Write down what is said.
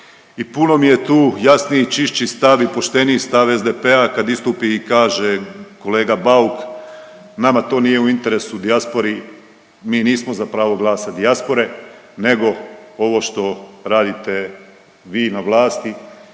puno mi je tu jasniji, čišći stav i pošteniji stav SDP-a kad istup i kaže kolega Bauk, nama to nije u interesu dijaspori. Mi nismo za pravo glasa dijaspore nego ovo što radite vi na vlasti